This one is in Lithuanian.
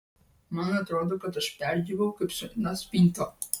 man atrodo kad aš perdžiūvau kaip sena spinta